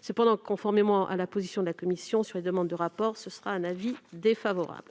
Cependant, conformément à la position de la commission sur les demandes de rapport, l'avis est défavorable.